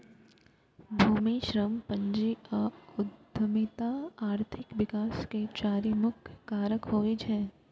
भूमि, श्रम, पूंजी आ उद्यमिता आर्थिक विकास के चारि मुख्य कारक होइ छै